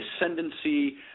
ascendancy